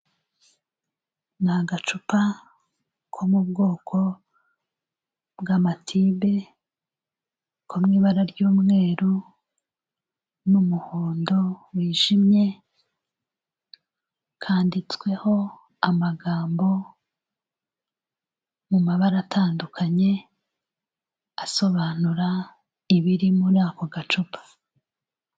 Ni agacupa ko mu bwoko bw'amatibe, ko mu ibara ry'umweru n'umuhondo wijimye, kanditsweho amagambo, mu mabara atandukanye, asobanura ibiri muri ako gacupa.